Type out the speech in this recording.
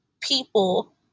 people